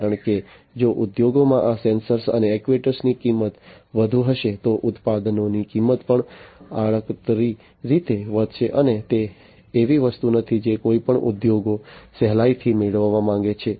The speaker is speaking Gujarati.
કારણ કે જો ઉદ્યોગોમાં આ સેન્સર્સ અને એક્ટ્યુએટર્સની કિંમત વધુ હશે તો ઉત્પાદનોની કિંમત પણ આડકતરી રીતે વધશે અને તે એવી વસ્તુ નથી જે કોઈપણ ઉદ્યોગો સહેલાઈથી મેળવવા માંગે છે